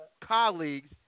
colleagues